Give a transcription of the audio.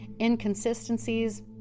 Inconsistencies